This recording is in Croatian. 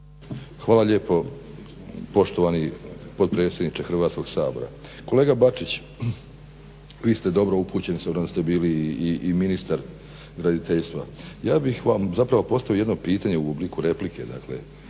Hvala lijepo poštovani potpredsjedniče Hrvatskog sabora. Kolega Bačić vi ste dobro upućeni s obzirom da ste bili ministar graditeljstva, ja ih vam zapravo postavio jedno pitanje u obliku replike.